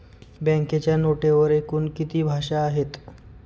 बँकेच्या नोटेवर एकूण किती भाषा आहेत?